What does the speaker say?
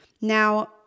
Now